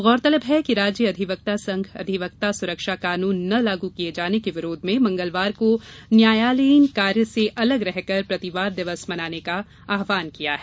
गौरतलब है कि राज्य अधिवक्ता संघ अधिवक्ता सुरक्षा कानून न लागू किये जाने के विरोध में मंगलवार को न्यायालयीन कार्य से अलग रहकर प्रतिवाद दिवस मनाने का आव्हान किया है